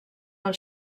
del